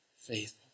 faithful